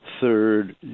third